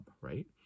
right